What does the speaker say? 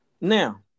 Now